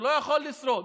שלא יכול לשרוד,